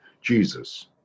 Jesus